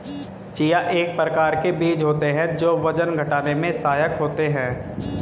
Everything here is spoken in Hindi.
चिया एक प्रकार के बीज होते हैं जो वजन घटाने में सहायक होते हैं